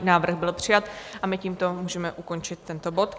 Návrh byl přijat a my tímto můžeme ukončit tento bod.